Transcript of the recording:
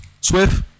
Swift